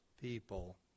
people